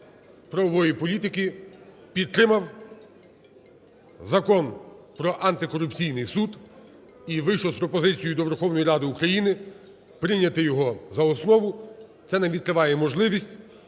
правової політики підтримав Закон про антикорупційний суд і вийшов з пропозицією до Верховної Ради України прийняти нам його за основу. Це відкриває нам можливість,